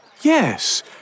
Yes